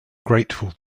grateful